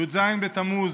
י"ז בתמוז,